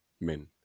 men